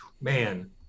Man